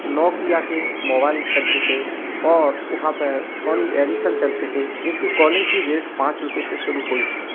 Nokia के mobile चलते थे और वहाँ पर सोनी एरिसन चलते थे जिनकी कॉलिंग कि रेट पाँच रुपए से शुरु हुई थी